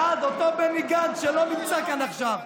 בעד אותו בני גנץ, שלא נמצא כאן עכשיו.